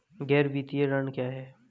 गैर वित्तीय ऋण क्या है?